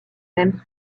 mêmes